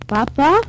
Papa